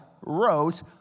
wrote